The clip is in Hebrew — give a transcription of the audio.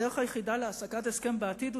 הדרך היחידה להשגת הסכם בעתיד היא